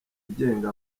igenga